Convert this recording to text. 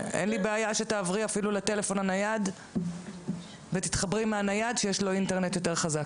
אין לי בעיה שתעברי לטלפון הנייד שיש לו אינטרנט יותר חזק.